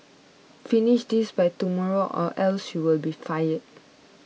finish this by tomorrow or else you'll be fired